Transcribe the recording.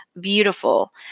beautiful